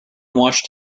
watched